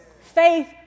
faith